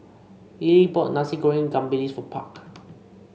Lillie bought Nasi Goreng Ikan Bilis for Park